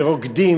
ורוקדים,